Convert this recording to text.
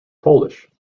polish